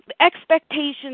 expectations